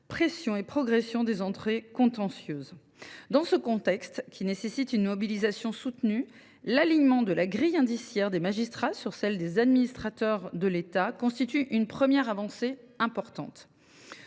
une forte progression des entrées contentieuses. Dans ce contexte, qui nécessite une mobilisation soutenue, l’alignement de la grille indiciaire des magistrats sur celle des administrateurs de l’État constitue une première avancée importante,